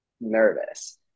nervous